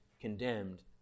condemned